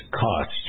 cost